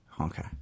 Okay